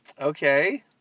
okay